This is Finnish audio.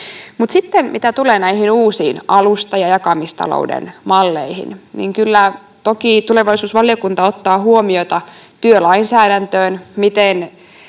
Mitä sitten tulee näihin uusiin alusta- ja jakamistalouden malleihin, niin kyllä toki tulevaisuusvaliokunta ottaa huomiota työlainsäädäntöön, miten